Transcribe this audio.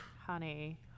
Honey